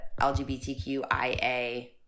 lgbtqia